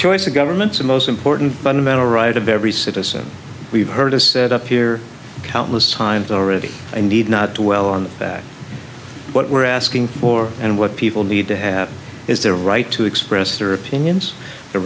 choice of governments the most important fundamental right of every citizen we've heard is set up here countless times already and need not dwell on that what we're asking for and what people need to have is their right to express their opinions the